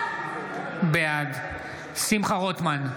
בעד שמחה רוטמן,